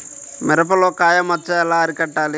మిరపలో కాయ మచ్చ ఎలా అరికట్టాలి?